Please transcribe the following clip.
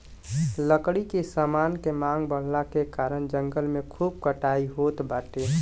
लकड़ी के समान के मांग बढ़ला के कारण जंगल के खूब कटाई होत बाटे